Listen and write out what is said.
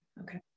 okay